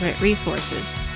Resources